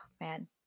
Man